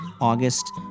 August